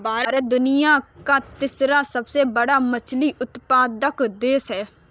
भारत दुनिया का तीसरा सबसे बड़ा मछली उत्पादक देश है